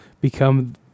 become